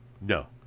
no